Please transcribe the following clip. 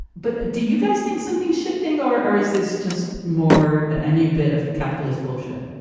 but do you guys think something's shifting or or is this just more a new bit of capitalist bullshit?